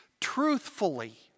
truthfully